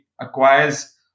acquires